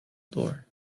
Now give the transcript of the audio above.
door